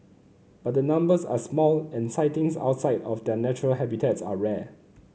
but the numbers are small and sightings outside of their natural habitats are rare